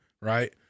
Right